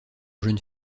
jeunes